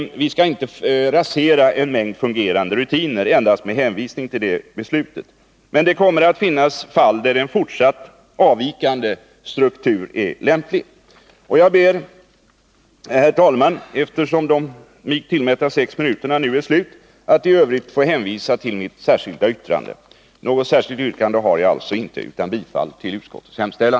Vi skall inte rasera en mängd fungerande rutiner endast med hänvisning till detta beslut. Det kommer att finnas fall där en fortsatt avvikande struktur är lämplig. Herr talman! Eftersom de mig tillmätta sex minuterna nu är slut, ber jag att i övrigt få hänvisa till mitt särskilda yttrande. Något särskilt yrkande har jag inte, utan jag yrkar bifall till utskottets hemställan.